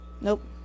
nope